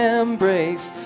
embrace